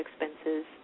expenses